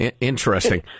Interesting